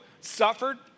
suffered